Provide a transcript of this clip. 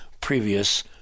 previous